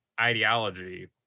ideology